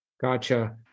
gotcha